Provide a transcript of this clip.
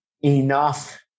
Enough